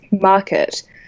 market